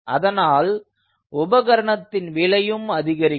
அதனால் உபகரணத்தின் விலையும் அதிகரிக்கும்